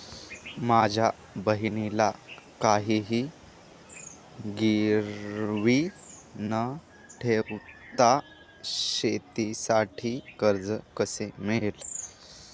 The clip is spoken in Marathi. माझ्या बहिणीला काहिही गिरवी न ठेवता शेतीसाठी कर्ज कसे मिळेल?